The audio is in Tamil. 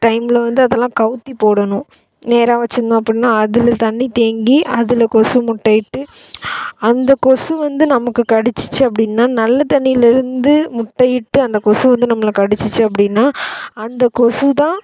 டைமில் வந்து அதெல்லாம் கவுத்தி போடணும் நேராக வச்சிருந்தோம் அப்படின்னா அதில் தண்ணி தேங்கி அதில் கொசு முட்டையிட்டு அந்த கொசு வந்து நமக்கு கடிச்சிச்சு அப்படின்னா நல்ல தண்ணியிலேருந்து முட்டையிட்டு அந்த கொசு வந்து நம்மள கடிச்சிச்சு அப்படின்னா அந்த கொசு தான்